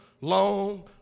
long